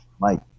Mike